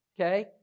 okay